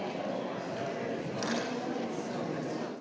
hvala.